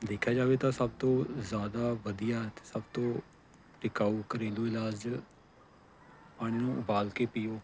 ਦੇਖਿਆ ਜਾਵੇ ਤਾਂ ਸਭ ਤੋਂ ਜ਼ਿਆਦਾ ਵਧੀਆ ਅਤੇ ਸਭ ਤੋਂ ਟਿਕਾਊ ਘਰੇਲੂ ਇਲਾਜ ਪਾਣੀ ਨੂੰ ਉਬਾਲ ਕੇ ਪੀਓ